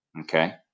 Okay